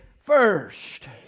first